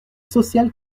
sociale